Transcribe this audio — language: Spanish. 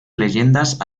leyendas